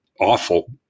awful